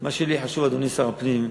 מה שלי חשוב, אדוני שר הפנים,